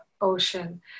ocean